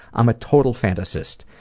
i'm a total fantasist.